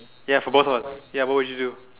ya for both of us ya what would you do